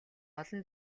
олон